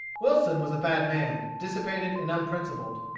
wilson was a bad man, dissipated and unprincipled.